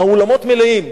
האולמות מלאים.